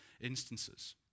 instances